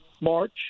March